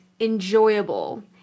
enjoyable